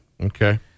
Okay